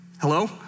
Hello